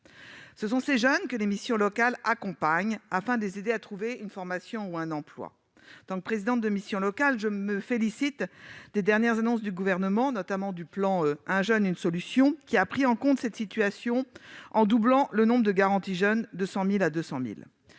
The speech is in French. Ce sont ces jeunes que les missions locales accompagnent, afin de les aider à trouver une formation ou un emploi. En tant que présidente de missions locales, je me félicite des dernières annonces du Gouvernement, notamment du plan « 1 jeune, 1 solution », qui a pris en compte cette situation en doublant le nombre de garanties jeunes. Ce dernier sera